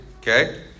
Okay